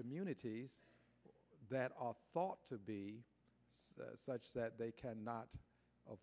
communities that are thought to be such that they can not